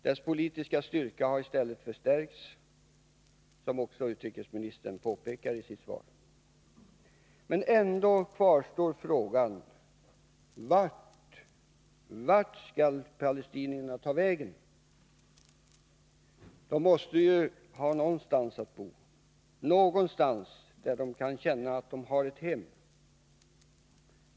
Dess politiska styrka har i stället, som utrikesministern också påpekar i sitt svar, ökat. Men frågan kvarstår: Vart skall palestinierna ta vägen? De måste ju ha någonstans att bo, någonstans där de kan känna att de har ett hem.